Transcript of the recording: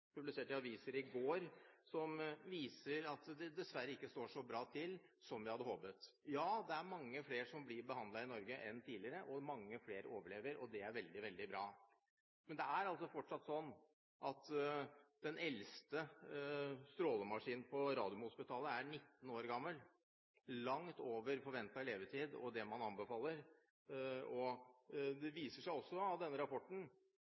aviser i går, som viser at det dessverre ikke står så bra til som vi hadde håpet. Ja, det er mange flere som blir behandlet i Norge enn tidligere, og mange flere overlever, og det er veldig bra. Men det er altså fortsatt slik at den eldste strålemaskinen på Radiumhospitalet er 19 år gammel – langt over forventet levetid og det man anbefaler. Det viser seg også av denne rapporten